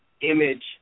image